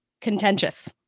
contentious